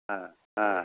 ஆ ஆ